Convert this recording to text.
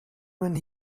when